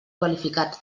qualificat